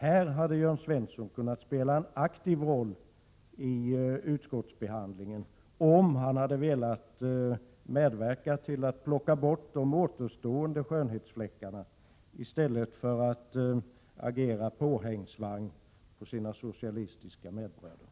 Här hade Jörn Svensson kunnat spela en aktiv roll vid utskottsbehandlingen, om han hade velat medverka till att ta bort de återstående skönhetsfläckarna i stället för att agera påhängsvagn åt sina socialistiska bröder.